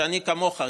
שאני כמוך,